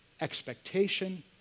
expectation